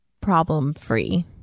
problem-free